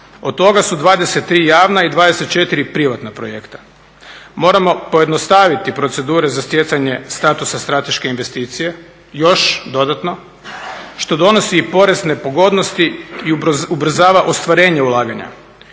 Od toga su 23 javna i 24 privatna projekta. Moramo pojednostaviti procedure za stjecanje statusa strateške investicije još dodatno, što donosi i porezne pogodnosti i ubrzava ostvarenje ulaganja.